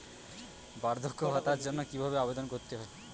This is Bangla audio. বার্ধক্য ভাতার জন্য কিভাবে আবেদন করতে হয়?